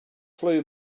flew